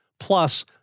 Plus